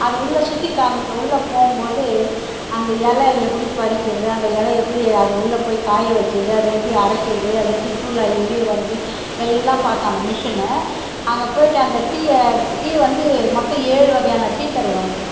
அது உள்ள சுற்றிக் காமிக்க அது உள்ளே போகும்போது அந்த எலை எப்படி பறிக்கிறது அந்த எலை எப்படி அது உள்ள போய் காய வைக்கிது அது எப்படி அரைக்கிறது அது எப்படி தூள் ஆகி வெளியே வருது எல்லாம் பார்த்தோம் அந்த மிஷினு அங்கே போய்ட்டு அந்த டீயை டீ வந்து மொத்தம் ஏழுவகையான டீ தருவாங்க